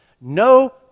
No